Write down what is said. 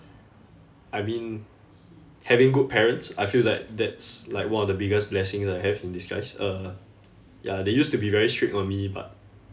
I mean having good parents I feel like that's like one of the biggest blessings I have in disguise uh ya they used to be very strict on me but